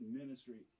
ministry